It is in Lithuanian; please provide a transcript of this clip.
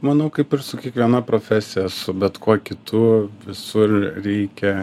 manau kaip ir su kiekviena profesija su bet kuo kitu visur reikia